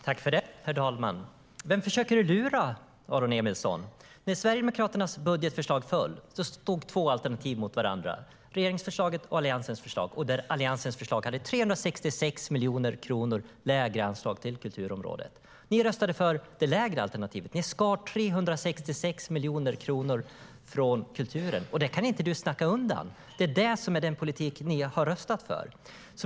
Herr talman! Vem försöker du lura, Aron Emilsson? När Sverigedemokraternas budgetförslag föll stod två alternativ mot varandra: regeringsförslaget och Alliansens förslag. Alliansens förslag hade 366 miljoner kronor lägre anslag till kulturområdet. Ni röstade för det lägre alternativet. Ni skar bort 366 miljoner kronor från kulturen. Det kan du inte snacka bort, Aron Emilsson. Det är den politiken ni har röstat för.